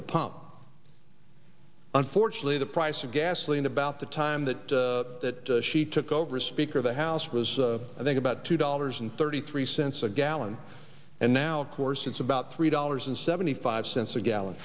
pump unfortunately the price of gasoline about the time that that she took over as speaker of the house was i think about two dollars and thirty three cents a gallon and now of course it's about three dollars and seventy five cents a gallon